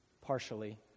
partially